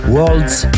World's